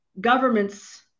governments